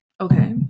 Okay